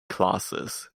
classes